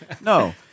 No